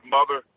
Mother